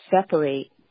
separate